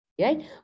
Right